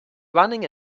running